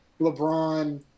LeBron